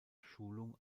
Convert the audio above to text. schulung